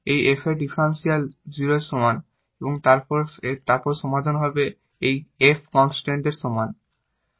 এই f এর differential 0 এর সমান এবং তারপর সমাধান হবে এই f কনস্ট্যান্ট এর সমান হবে